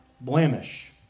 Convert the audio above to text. blemish